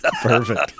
Perfect